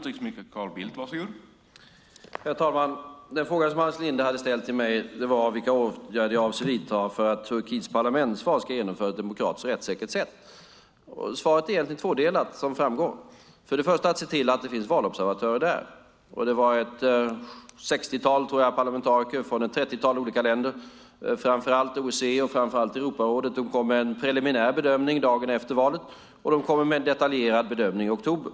Herr talman! Den fråga som Hans Linde hade ställt till mig var vilka åtgärder jag avser att vidta för att Turkiets parlamentsval ska genomföras på ett demokratiskt och rättssäkert sätt. Svaret är egentligen, som framgår, tvådelat. Först och främst ser vi till att det finns valobservatörer där. Det var ett sextiotal parlamentariker tror jag från ett trettiotal olika länder. Framför allt OSSE och Europarådet kom med en preliminär bedömning dagen efter valet och de kommer med en detaljerad bedömning i oktober.